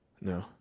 No